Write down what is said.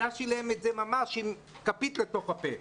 הגשתי להם את זה ממש עם כפית לתוך הפה,